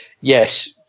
yes